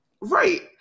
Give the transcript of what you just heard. Right